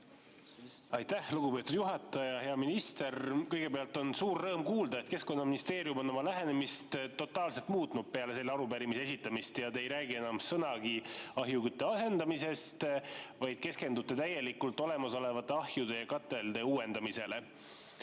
Aitäh, lugupeetud juhataja! Hea minister! Kõigepealt on suur rõõm kuulda, et Keskkonnaministeerium on oma lähenemist totaalselt muutnud peale selle arupärimise esitamist ja te ei räägi enam sõnagi ahjukütte asendamisest, vaid keskendute täielikult olemasolevate ahjude ja katelde uuendamisele.